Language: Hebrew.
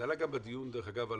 עלה גם בדיון על ה-50